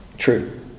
True